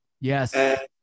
Yes